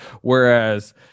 Whereas